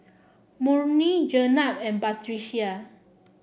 Murni Jenab and Batrisya